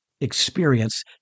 experience